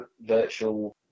virtual